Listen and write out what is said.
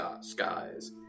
skies